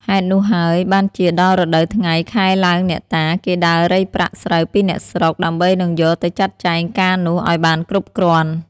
ហេតុនោះហើយ បានជាដល់រដូវថ្ងៃ ខែឡើងអ្នកតា គេដើររៃប្រាក់ស្រូវពីអ្នកស្រុក ដើម្បីនឹងយក ទៅចាត់ចែងការនោះ ឲ្យបានគ្រប់គ្រាន់។